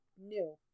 new